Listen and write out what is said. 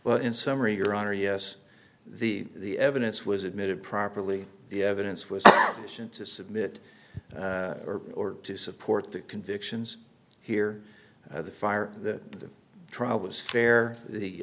well in summary your honor yes the evidence was admitted properly the evidence was to submit or to support the convictions here the fire the trial was fair the